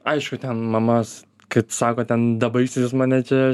aišku ten mamas kad sako ten dabaigs jis mane čia